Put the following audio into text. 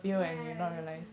yeah yeah yeah exactly